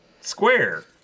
square